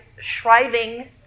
Shriving